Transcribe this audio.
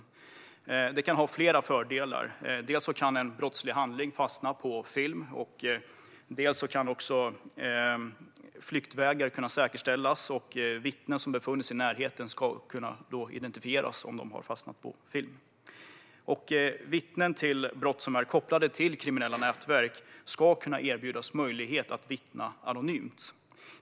Detta kan ha flera fördelar: En brottslig handling kan fastna på film, flyktvägar kan säkerställas och vittnen som befunnit sig i närheten kan identifieras. Vittnen till brott som är kopplade till kriminella nätverk ska kunna erbjudas möjlighet att vittna anonymt.